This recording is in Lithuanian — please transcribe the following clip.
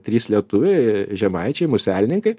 trys lietuviai žemaičiai muselininkai